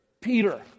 Peter